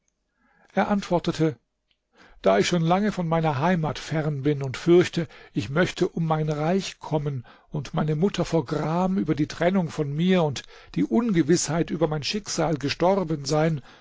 er antwortete da ich schon lange von meiner heimat fern bin und fürchte ich möchte um mein reich kommen und meine mutter vor gram über die trennung von mir und die ungewißheit über mein schicksal gestorben sein